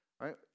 right